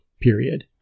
Period